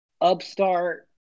upstart